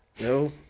No